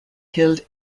killed